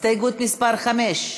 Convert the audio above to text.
הסתייגות מס' 5?